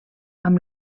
amb